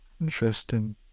Interesting